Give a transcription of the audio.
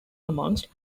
amongst